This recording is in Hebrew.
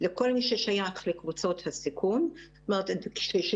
לכל מי ששייך לקבוצות הסיכון כשתוגדרנה,